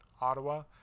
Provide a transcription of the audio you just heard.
ottawa